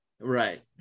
right